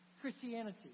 Christianity